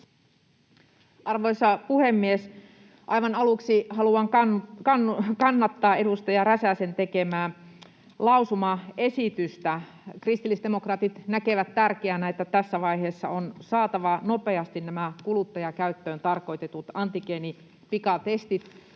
Arvoisa puhemies! Aivan aluksi haluan kannattaa edustaja Räsäsen tekemää lausumaesitystä. Kristillisdemokraatit näkevät tärkeänä, että tässä vaiheessa on saatava nopeasti käyttöön nämä kuluttajakäyttöön tarkoitetut antigeenipikatestit,